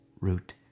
root